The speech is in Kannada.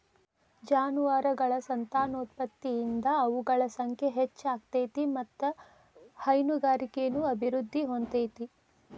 ಜಾನುವಾರಗಳ ಸಂತಾನೋತ್ಪತ್ತಿಯಿಂದ ಅವುಗಳ ಸಂಖ್ಯೆ ಹೆಚ್ಚ ಆಗ್ತೇತಿ ಮತ್ತ್ ಹೈನುಗಾರಿಕೆನು ಅಭಿವೃದ್ಧಿ ಹೊಂದತೇತಿ